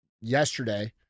yesterday